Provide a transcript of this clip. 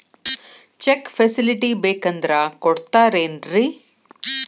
Check facility ಬೇಕಂದ್ರ ಕೊಡ್ತಾರೇನ್ರಿ?